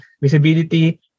visibility